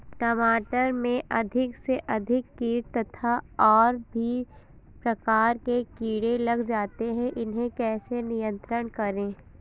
टमाटर में अधिक से अधिक कीट तथा और भी प्रकार के कीड़े लग जाते हैं इन्हें कैसे नियंत्रण करें?